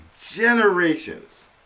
generations